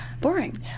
Boring